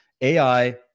AI